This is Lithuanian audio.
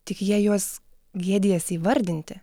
tik jie juos gėdijasi įvardinti